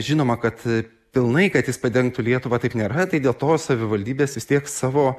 žinoma kad pilnai kad jis padengtų lietuvą taip nėra tai dėl to savivaldybės vis tiek savo